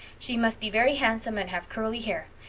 she must be very handsome and have curly hair.